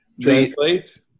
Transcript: Translate